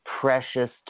precious